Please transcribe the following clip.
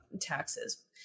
taxes